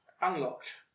unlocked